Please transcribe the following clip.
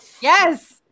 yes